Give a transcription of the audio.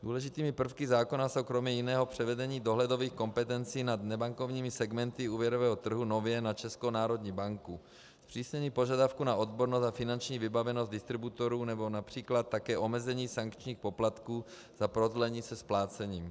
Důležitými prvky zákona jsou kromě jiného převedení dohledových kompetencí nad nebankovními segmenty úvěrového trhu nově na Českou národní banku, zpřísnění požadavků na odbornou a finanční vybavenost distributorů nebo například také omezení sankčních poplatků za prodlení se splácením.